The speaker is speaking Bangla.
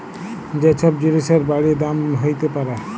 যে ছব জিলিসের বাইড়ে দাম হ্যইতে পারে